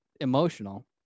emotional